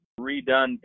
redone